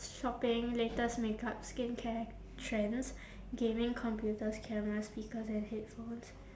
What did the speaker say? shopping latest makeup skincare trends gaming computers cameras speakers and headphones